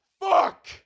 Fuck